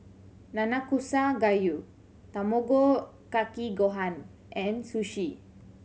Nanakusa Gayu Tamago Kake Gohan and Sushi